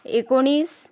एकोणीस